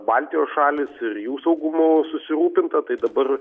baltijos šalys ir jų saugumu susirūpinta tai dabar